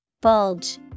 Bulge